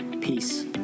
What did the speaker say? Peace